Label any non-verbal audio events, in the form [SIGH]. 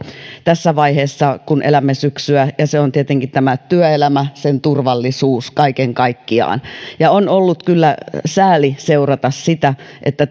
tässä vaiheessa kun elämme syksyä on tietenkin työelämä sen turvallisuus kaiken kaikkiaan on ollut kyllä sääli seurata sitä että [UNINTELLIGIBLE]